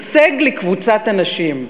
הישג לקבוצת אנשים.